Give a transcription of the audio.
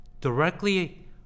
directly